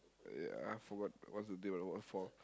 yeah forgot what's the date of the waterfall